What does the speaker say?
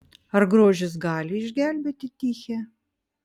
ar grožis gali išgelbėti tichę